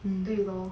对 lor